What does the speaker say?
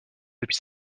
depuis